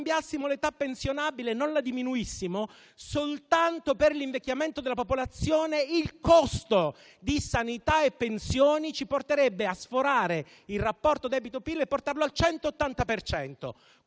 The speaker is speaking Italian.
l'età pensionabile e non la diminuissimo, soltanto per l'invecchiamento della popolazione il costo di sanità e pensioni ci porterebbe a sforare il rapporto tra debito e PIL e a portarlo al 180